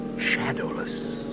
Shadowless